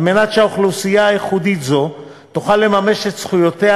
כדי שאוכלוסייה ייחודית זו תוכל לממש את זכויותיה